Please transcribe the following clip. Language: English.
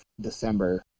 December